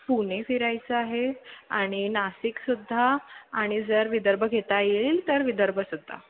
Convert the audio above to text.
पुणे फिरायचं आहे आणि नाशिकसुद्धा आणि जर विदर्भ घेता येईल तर विदर्भसुद्धा